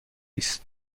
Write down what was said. است